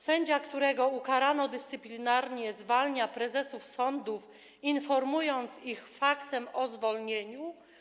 Sędzia, którego ukarano dyscyplinarnie, zwalnia prezesów sądów, informując ich faksem o zwolnieniu.